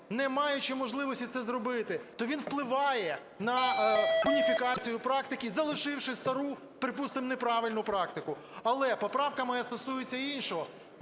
не маючи можливості це зробити, то він впливає на уніфікацію практики, залишивши стару, припустимо, неправильну практику. Але поправка моя стосується іншого.